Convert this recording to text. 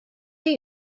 gyda